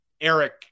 Eric